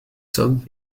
sommes